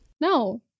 No